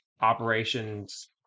operations